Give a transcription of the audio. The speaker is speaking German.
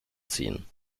ziehen